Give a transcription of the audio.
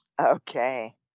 Okay